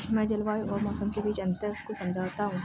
मैं जलवायु और मौसम के बीच अंतर को समझता हूं